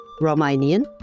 Romanian